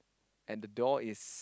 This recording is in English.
and the door is